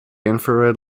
infrared